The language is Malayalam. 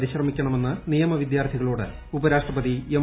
പരിശ്രമിക്കണമെന്ന് നിയമവിദ്യൂർത്ഥികളോട് ഉപരാഷ്ട്രപതി എം